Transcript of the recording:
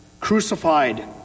crucified